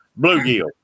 bluegill